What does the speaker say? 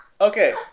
Okay